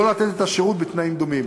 לא לתת את השירות בתנאים דומים,